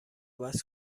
بحث